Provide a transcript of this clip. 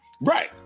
Right